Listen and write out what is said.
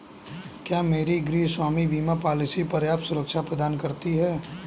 क्या मेरी गृहस्वामी बीमा पॉलिसी पर्याप्त सुरक्षा प्रदान करती है?